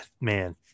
man